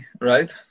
right